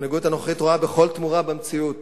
המנהיגות הנוכחית רואה בכל תמורה במציאות